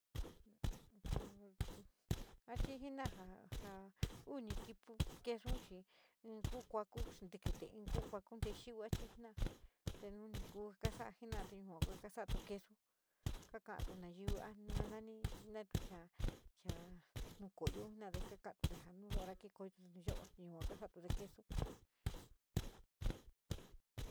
chi jena´a ja vuni equipo quesin chi, ín kuu kuatu xíitikí te in ku kuaku ntiyiu a chii jena´a te un ni kuu kasa´a jena´a te yua kua ka sa´a quesu ka ka´atu nayiu na nani natu chaá ñu ko´oyo jena´ade kakatude ja un hora ki kooyotu de un ya´au yua kasa´atude quesu.